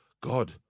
God